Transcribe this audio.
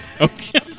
Okay